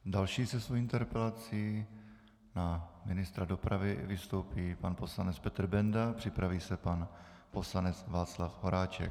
Další se svou interpelací na ministra dopravy vystoupí pan poslanec Petr Bendl, připraví se pan poslanec Václav Horáček.